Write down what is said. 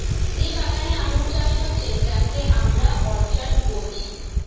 যে বাগানে আঙ্গুর চাষ হচ্ছে যাকে আমরা অর্চার্ড বলছি